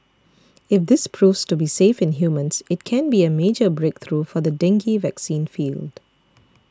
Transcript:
if this proves to be safe in humans it can be a major breakthrough for the dengue vaccine field